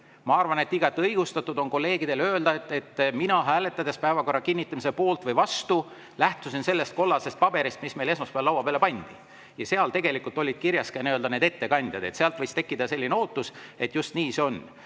Ma arvan, et on igati õigustatud kolleegidele öelda, et mina, hääletades päevakorra kinnitamise poolt või vastu, lähtusin sellest kollasest paberist, mis meil esmaspäeval laua peale pandi, ja seal olid kirjas ka ettekandjad. Sealt võis tekkida selline ootus, et just nii see on.